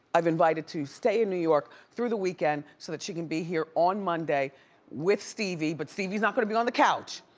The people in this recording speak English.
i've invited to stay in new york through the weekend so that she can be here on monday with stevie, but stevie's not gonna be on the couch.